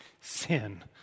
sin